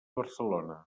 barcelona